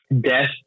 death